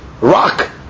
rock